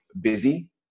busy